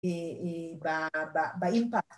‫באימפקט.